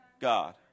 God